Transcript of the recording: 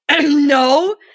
no